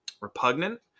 Repugnant